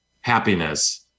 happiness